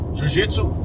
Jiu-jitsu